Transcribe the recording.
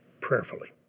prayerfully